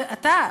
ואתה,